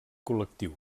col·lectiu